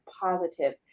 positive